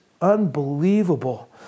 unbelievable